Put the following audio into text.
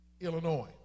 Illinois